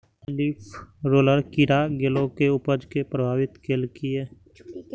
leaf roller कीड़ा गिलोय के उपज कें प्रभावित केलकैए